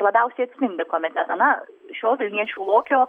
labiausiai atspindi kuomet negana šio vilniečių lokio